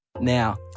now